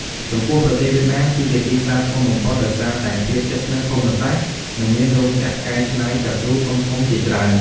ចំពោះប្រទេសវៀតណាម គឺជាទីផ្សារធំបំផុត ដោយសារតែភាពជិតស្និទ្ធភូមិសាស្ត្រ និងមានរោងចក្រកែច្នៃកៅស៊ូធំៗជាច្រើន។